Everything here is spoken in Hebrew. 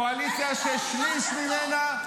ואתם קואליציה ששליש ממנה,